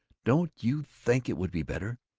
don't you think it would be better?